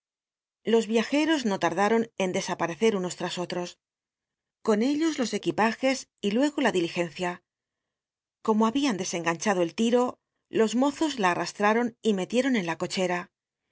os yiajej'os no tar laron en desaparecer unos tras otros con ellos los equipajes biblioteca nacional de españa david copperfield y luego la diligencia como hahian desenganchado el ti ro los mozos la anasltaron y met ieron en la cocheta